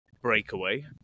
breakaway